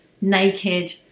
Naked